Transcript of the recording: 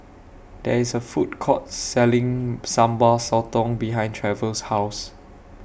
There IS A Food Court Selling Sambal Sotong behind Trevor's House